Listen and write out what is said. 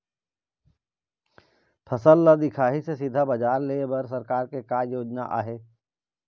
फसल ला दिखाही से सीधा बजार लेय बर सरकार के का योजना आहे?